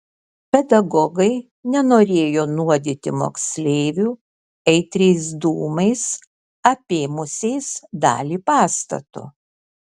pedagogai nenorėjo nuodyti moksleivių aitriais dūmais apėmusiais dalį pastato